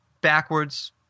backwards